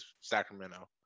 Sacramento